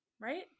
right